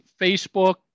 Facebook